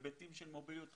בהיבטים של מוביליות חברתית,